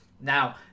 now